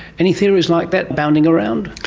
any theories like that bounding around?